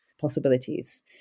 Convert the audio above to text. possibilities